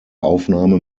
aufnahme